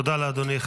תודה לאדוני.